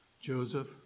Joseph